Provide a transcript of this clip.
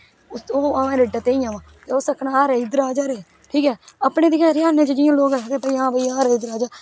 आक्खना इदर आ यारे ठीक ऐ अपने दी के हरियाने दे जेहडे लो आक्खदे कोई हा भाई आ रे इद्धर आ जा